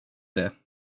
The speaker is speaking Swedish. det